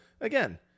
again